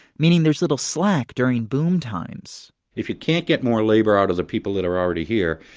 meaning there's little slack during boom times if you can't get more labor out of the people that are already here,